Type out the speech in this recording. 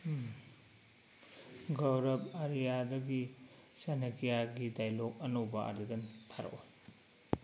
ꯒꯧꯔꯞ ꯑꯔꯤꯌꯥꯗꯒꯤ ꯆꯅꯈ꯭ꯌꯥꯒꯤ ꯗꯥꯏꯂꯣꯛ ꯑꯅꯧꯕ ꯑꯥꯔꯇꯤꯀꯜ ꯊꯥꯔꯛꯎ